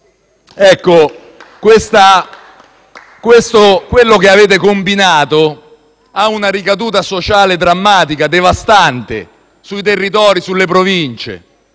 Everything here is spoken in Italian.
Ecco, quello che avete combinato ha una ricaduta sociale drammatica e devastante sui territori e sulle province.